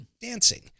dancing